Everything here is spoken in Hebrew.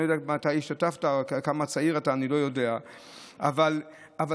אני לא יודע אם אתה השתתפת,